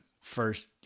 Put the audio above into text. first